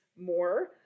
more